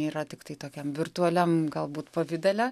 yra tiktai tokiam virtualiam galbūt pavidale